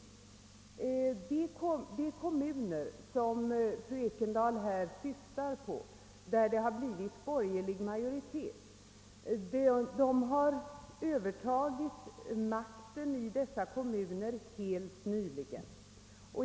I de kommuner som fru Ekendahl här syftar på, där det har blivit borgerlig majoritet, har de borgerliga övertagit makten helt nyligen.